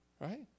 Right